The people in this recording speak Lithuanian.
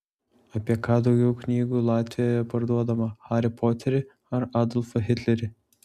apie ką daugiau knygų latvijoje parduodama harį poterį ar adolfą hitlerį